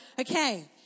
okay